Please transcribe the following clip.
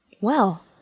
Well